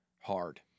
Hard